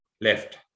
left